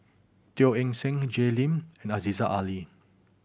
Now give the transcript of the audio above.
Teo Eng Seng Jay Lim and Aziza Ali